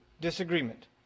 disagreement